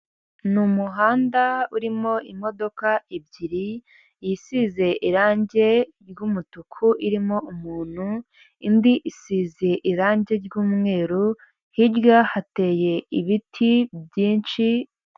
Ni umuhanda urimo imodoka ebyiri, isize irangi ry'umutuku irimo umuntu, indi isize irangi ry'umweru, hirya hateye ibiti byinshi.